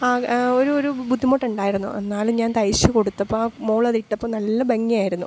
ആ ഒരു ഒരു ബുദ്ധിമുട്ടുണ്ടായിരുന്നു എന്നാലും ഞാൻ തയ്ച്ചു കൊടുത്തപ്പോൾ ആ മകൾ അതിട്ടപ്പം നല്ല ഭംഗിയായിരുന്നു